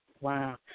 Wow